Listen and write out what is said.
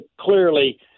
clearly